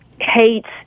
hates